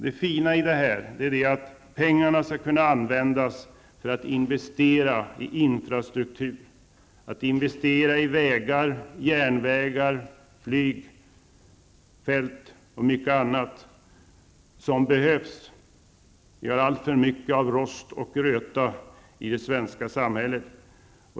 Det fina i detta är att pengarna skall kunna användas till att investera i infrastruktur, i vägar, järnvägar, flyg och mycket annat som behövs, eftersom vi har alltför mycket av rost och röta i det svenska samhället.